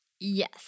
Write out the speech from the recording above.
Yes